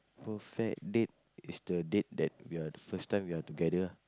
perfect date is the date that we are the first time we are together